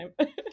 time